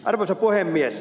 arvoisa puhemies